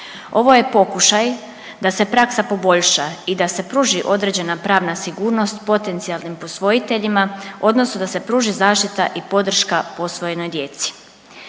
Ovo je pokušaj da se praksa poboljša i da se pruži određena pravna sigurnost potencijalnim posvojiteljima odnosno da se pruži zaštita i podrška posvojenoj djeci.